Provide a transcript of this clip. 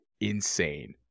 insane